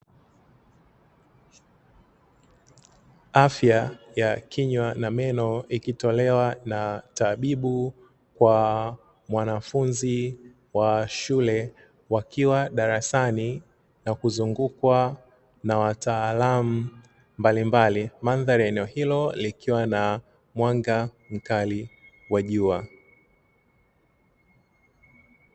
Afya ya kinywa na meno ikitolewa na tabibu kwa wanafunzi wa shule wakiwa darasani na kuzungukwa na wataalamu mbalimbali, mandhari ya eneo hilo likiwa na mwanga mkali wa jua.